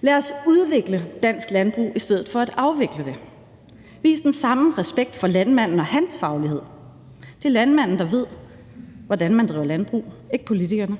Lad os udvikle dansk landbrug i stedet for at afvikle det og vise den samme respekt for landmanden og hans faglighed. Det er landmanden, der ved, hvordan man driver landbrug, ikke politikerne,